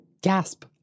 gasp